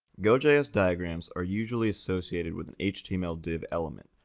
gojs diagrams are usually associated with an html div element,